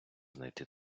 знайти